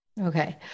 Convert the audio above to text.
Okay